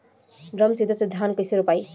Drum seeder से धान कैसे रोपाई?